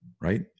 Right